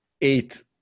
eight